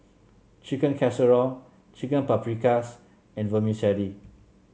Chicken Casserole Chicken Paprikas and Vermicelli